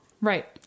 Right